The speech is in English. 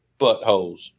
buttholes